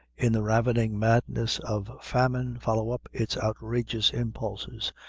in the ravening madness of famine, follow up its outrageous impulses,